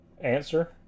answer